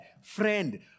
Friend